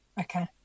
Okay